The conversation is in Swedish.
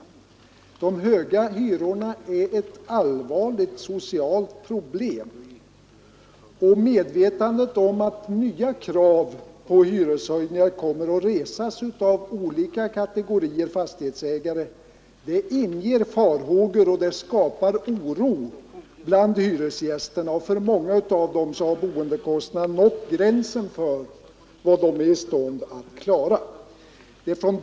De höga hyrorna är ett allvarligt socialt problem, och medvetandet om att nya krav på hyreshöjningar kommer att resas av olika kategorier fastighetsägare inger farhågor för framtiden och skapar oro bland hyresgästerna. För många av dem har boendekostnaderna nått gränsen för vad de är i stånd att klara.